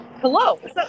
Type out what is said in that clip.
Hello